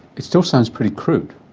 it still sounds pretty crude.